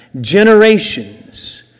generations